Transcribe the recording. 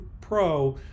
Pro